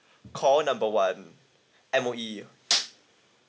call number one M_O_E